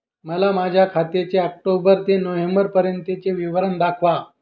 मला माझ्या खात्याचे ऑक्टोबर ते नोव्हेंबर पर्यंतचे विवरण दाखवा